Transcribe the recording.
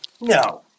No